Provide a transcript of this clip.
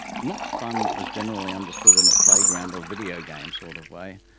not fun as generally understood in a playground or video game sort of way,